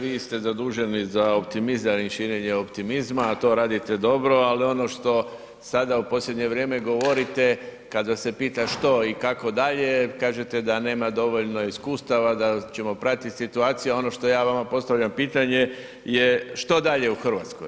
Vi ste zaduženi za optimizam i širenje optimizma, a to radite dobro, ali ono što sada u posljednje vrijeme govorite kada se pita što i kako dalje, kažete da nema dovoljno iskustava, da ćemo pratiti situaciju, a ono što ja vama postavljam pitanje je što dalje u Hrvatskoj?